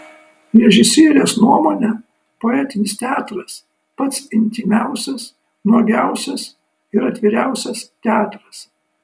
režisierės nuomone poetinis teatras pats intymiausias nuogiausias ir atviriausias teatras